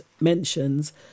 mentions